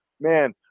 man